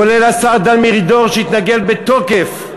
כולל השר דן מרידור, שהתנגד בתוקף.